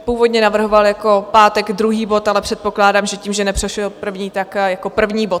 Původně navrhoval jako pátek druhý bod, ale předpokládám, že tím, že neprošel první, tak jako první bod.